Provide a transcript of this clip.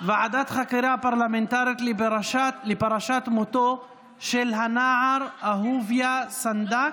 ועדת חקירה פרלמנטרית בדבר פרשת מותו של הנער אהוביה סנדק,